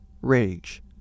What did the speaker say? Rage